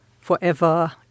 forever